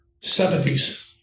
70s